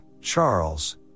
Charles